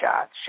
shots